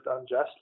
unjust